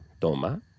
toma